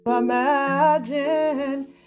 imagine